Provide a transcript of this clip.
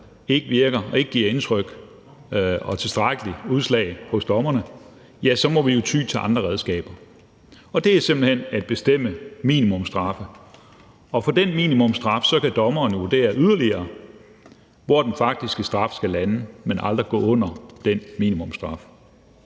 ikke virker og ikke gør indtryk eller giver tilstrækkeligt udslag hos dommerne, så må vi jo ty til andre redskaber, og det er simpelt hen at fastlægge minimumsstraffe, og ud fra den minimumsstraf kan dommeren vurdere yderligere, hvor den faktiske straf skal lande, men aldrig gå under den minimumsstraf.